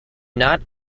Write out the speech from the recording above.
not